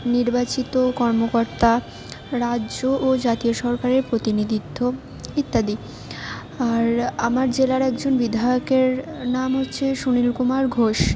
নির্বাচিত কর্মকর্তা রাজ্য ও জাতীয় সরকারের প্রতিনিধিত্ব ইত্যাদি আর আমার জেলার একজন বিধায়কের নাম হচ্ছে সুনীল কুমার ঘোষ